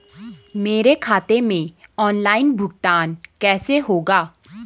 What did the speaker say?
मेरे खाते में ऑनलाइन भुगतान कैसे होगा?